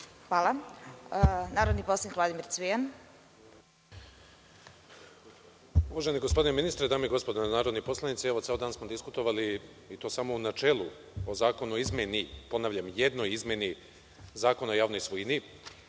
Cvijan. Izvolite. **Vladimir Cvijan** Uvaženi gospodine ministre, dame i gospodo narodni poslanici, ceo dan smo diskutovali, i to samo u načelu, o izmeni, ponavljam, jednoj izmeni Zakona o javnoj svojini.